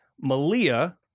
Malia